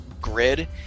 grid